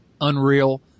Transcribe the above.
unreal